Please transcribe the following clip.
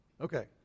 Okay